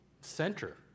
center